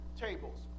tables